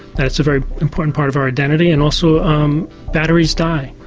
that's a very important part of our identity. and also um batteries die,